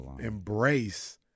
embrace